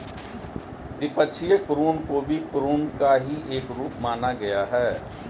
द्विपक्षीय ऋण को भी ऋण का ही एक रूप माना गया है